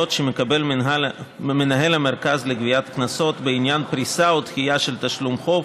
שמקבל מנהל המרכז לגביית קנסות בעניין פריסה או דחייה של תשלום חוב